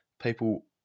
people –